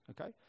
Okay